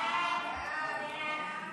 חוק לייעול